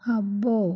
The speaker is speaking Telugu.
అబ్బో